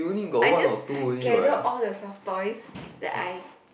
I just gather all the soft toys that I